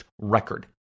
record